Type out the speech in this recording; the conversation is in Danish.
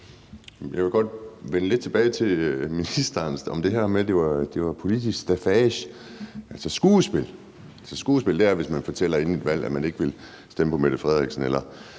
Jeg vil godt vende lidt tilbage til noget, ministeren sagde, og det var det her med, at det var politisk staffage, altså skuespil. Altså, skuespil er, hvis man fortæller inden et valg, at man ikke vil stemme på Mette Frederiksen; eller